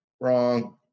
Wrong